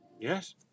Yes